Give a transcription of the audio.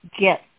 get